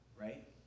right